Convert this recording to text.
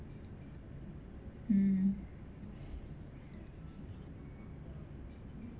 mm